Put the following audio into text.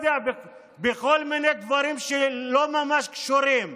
ובכל מיני דברים שלא ממש קשורים